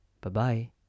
Bye-bye